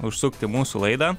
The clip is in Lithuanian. užsukt į mūsų laidą